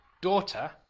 Daughter